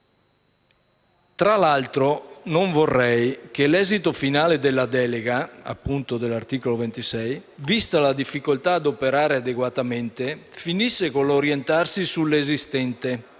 Fra l'altro, non vorrei che l'esito finale della delega dell'articolo 26, vista la difficoltà ad operare adeguatamente, finisse con l'orientarsi sull'esistente